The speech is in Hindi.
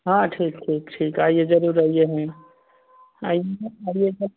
हाँ ठीक ठीक ठीक आइए ज़रूर आइए आइएगा